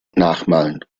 nachmalen